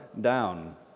down